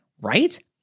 right